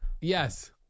Yes